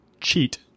cheat